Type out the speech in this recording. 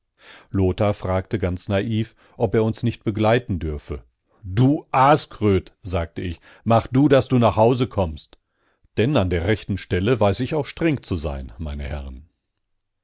lothar fragte ganz naiv ob er uns nicht begleiten dürfe du aaskröt sagte ich mach du daß du nach hause kommst denn an der rechten stelle weiß ich auch streng zu sein meine herren